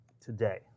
today